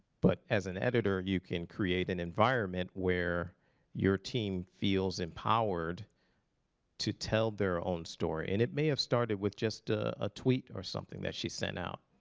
but as an editor, you can create an environment where your team feels empowered to tell their own story. and it may have started with just ah a tweet or something that she sent out,